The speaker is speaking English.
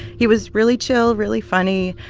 he was really chill, really funny,